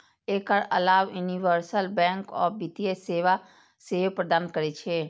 एकर अलाव universal bank आन वित्तीय सेवा सेहो प्रदान करै छै